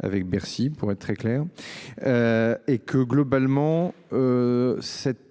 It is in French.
Avec Bercy pour être très clair. Et que globalement. Cette